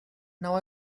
now